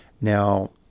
now